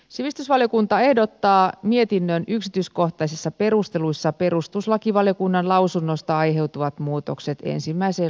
sivistysvaliokunta ehdottaa mietinnön yksityiskohtaisissa perusteluissa perustuslakivaliokunnan lausunnosta aiheutuvat muutokset ensimmäiseen lakiehdotukseen